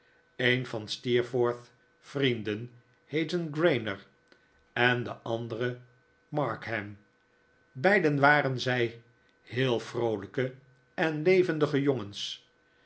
een van steerforth's vrienden heette grainger en de andere markham beiden waren zij heel vroolijke en levendige jongens